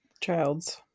Childs